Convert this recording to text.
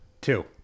Two